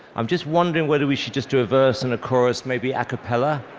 i'm just wondering whether we should just do a verse and a chorus maybe a cappella